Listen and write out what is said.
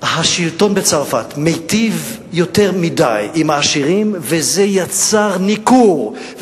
השלטון בצרפת מיטיב יותר מדי עם העשירים וזה יצר ניכור,